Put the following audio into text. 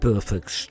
Perfect